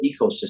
ecosystem